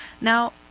Now